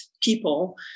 people